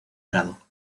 prado